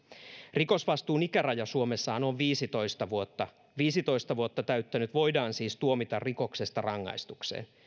rikosvastuun ikärajahan suomessa on on viisitoista vuotta viisitoista vuotta täyttänyt voidaan siis tuomita rikoksesta rangaistukseen